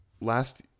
last